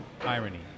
irony